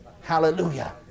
Hallelujah